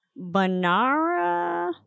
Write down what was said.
Banara